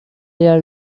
air